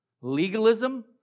Legalism